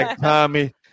tommy